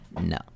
No